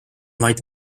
vaid